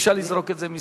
אי-אפשר לזרוק את זה משר,